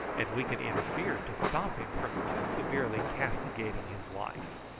and we can interfere to stop him from too severely castigating his wife.